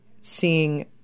seeing